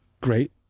great